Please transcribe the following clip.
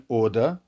order